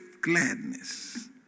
gladness